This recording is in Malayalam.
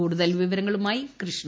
കൂടുതൽ വിവരങ്ങളുമായി കൃഷ്ണ